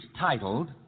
titled